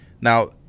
Now